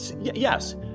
yes